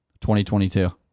2022